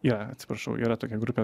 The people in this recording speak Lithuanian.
yra atsiprašau yra tokia grupė